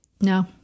No